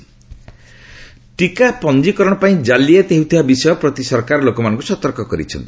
ଚିକା ପଞ୍ଜିକରଣ ଟିକା ପଞ୍ଜିକରଣ ପାଇଁ ଜାଲିଆତି ହେଉଥିବା ବିଷୟ ପ୍ରତି ସରକାର ଲୋକମାନଙ୍କୁ ସତର୍କ କରାଇଛନ୍ତି